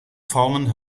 formen